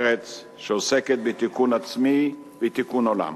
ארץ שעוסקת בתיקון עצמי ובתיקון עולם.